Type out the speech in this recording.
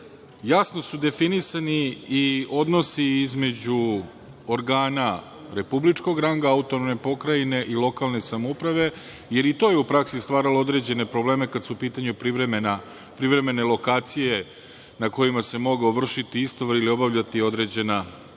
su definisani i odnosi između organa republičkog ranga, autonomne pokrajine i lokalne samouprave, jer i to je u praksi stvaralo određene probleme kada su u pitanju privremene lokacije na kojima se mogao vršiti istovar ili obavljati određena delatnost.